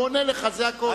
הוא עונה לך, זה הכול.